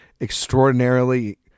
extraordinarily